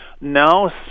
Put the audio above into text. Now